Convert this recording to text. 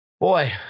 Boy